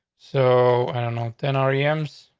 so i don't know, ten ari ems.